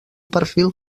perfil